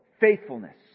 faithfulness